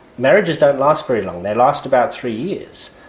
marriages don't last very long, they last about three years.